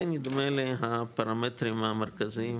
זה נדמה לי הפרמטרים המרכזיים